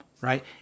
right